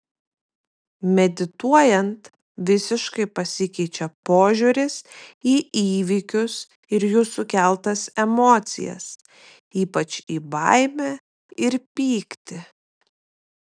medituojant visiškai pasikeičia požiūris į įvykius ir jų sukeltas emocijas ypač į baimę ir pyktį